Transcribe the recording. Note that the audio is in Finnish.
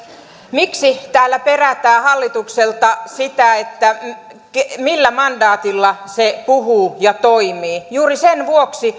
miksi täällä perätään hallitukselta sitä millä mandaatilla se puhuu ja toimii juuri sen vuoksi